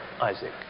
Isaac